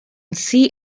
see